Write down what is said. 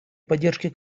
поддержки